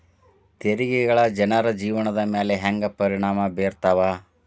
ತೆರಿಗೆಗಳ ಜನರ ಜೇವನದ ಮ್ಯಾಲೆ ಹೆಂಗ ಪರಿಣಾಮ ಬೇರ್ತವ